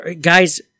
guys